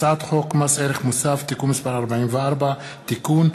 הצעת חוק מס ערך מוסף (תיקון מס' 44) (תיקון),